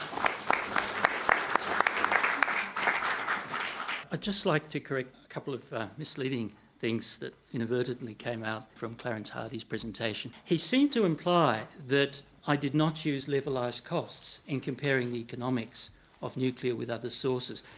um i'd just like to correct a couple of misleading things that inadvertently came out from clarence hardy's presentation. he seemed to imply that i did not use levelised costs in comparing the economics of nuclear with other sources.